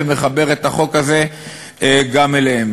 ומחבר את החוק הזה גם אליהם,